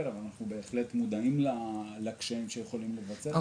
אבל אנחנו בהחלט מודעים לקשיים שיכולים להיווצר,